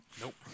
Nope